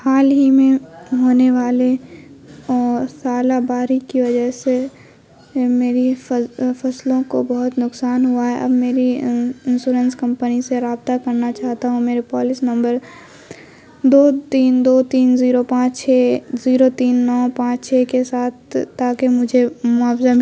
حال ہی میں ہونے والے ژالہ باری کی وجہ سے میری فصلوں کو بہت نقصان ہوا ہے اب میرے انشورنس کمپنی سے رابطہ کرنا چاہتا ہوں میری پالسی نمبر دو تین دو تین زیرو پانچ چھ زیرو تین نو پانچ چھ کے ساتھ تاکہ مجھے معاوضہ مل